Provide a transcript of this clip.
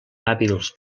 hàbils